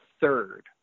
third